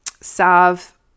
salve